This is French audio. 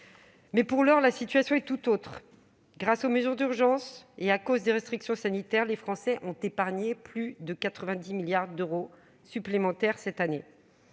Mais, pour l'heure, la situation est tout autre. Grâce aux mesures d'urgence et du fait des restrictions sanitaires, les Français ont épargné plus de 90 milliards d'euros supplémentaires cette année.